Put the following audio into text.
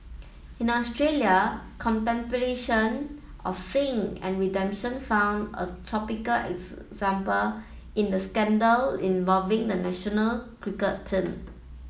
in Australia contemplation of sin and redemption found a topical example in the scandal involving the national cricket team